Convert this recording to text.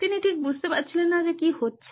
তিনি ঠিক বুঝতে পারছিলেন না যে কি হচ্ছে